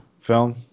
film